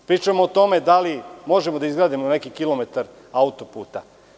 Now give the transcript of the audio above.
Pričamo o tome da li možemo da izgradimo neki kilometar autoputa.